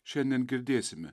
šiandien girdėsime